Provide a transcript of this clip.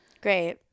Great